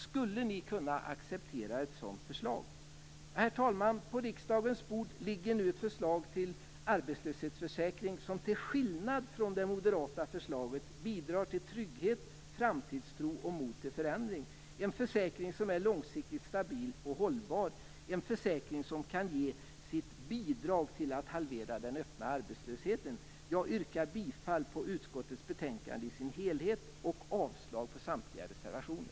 Skulle ni kunna acceptera ett sådant förslag? Herr talman! På riksdagens bord ligger nu ett förslag till arbetslöshetsförsäkring som till skillnad från det moderata förslaget bidrar till trygghet, framtidstro och mod till förändring. Det är en försäkring som är långsiktigt stabil och hållbar. En försäkring som kan ge sitt bidrag till att halvera den öppna arbetslösheten. Jag yrkar bifall till utskottets hemställan i dess helhet och avslag på samtliga reservationer.